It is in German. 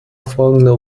folgender